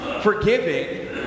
forgiving